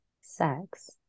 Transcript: sex